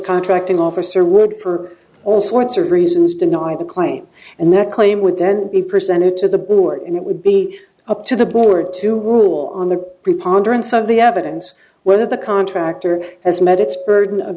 contracting officer would per all sorts of reasons deny the claim and that claim would then be presented to the board and it would be up to the board to rule on the preponderance of the evidence whether the contractor has met its burden of